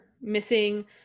missing